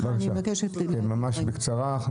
ממש בקצרה.